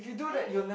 really